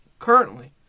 currently